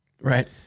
right